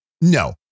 No